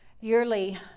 yearly